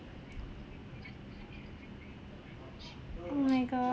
oh my gosh